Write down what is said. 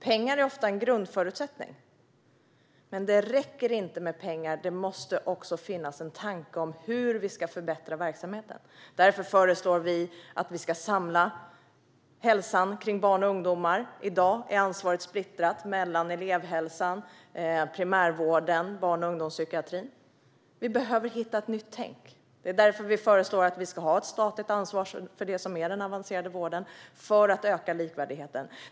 Pengar är ofta en grundförutsättning, men det räcker inte med pengar - det måste också finnas en tanke om hur verksamheten ska förbättras. Därför föreslår vi att man ska samla ansvaret för hälsan bland barn och ungdomar. I dag är ansvaret splittrat mellan elevhälsan, primärvården och barn och ungdomspsykiatrin. Vi behöver hitta ett nytt tänk. Det är därför - för att öka likvärdigheten - vi föreslår att det ska finnas ett statligt ansvar för den avancerade vården.